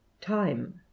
time